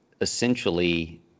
essentially